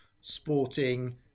sporting